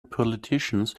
politicians